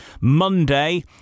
Monday